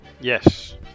yes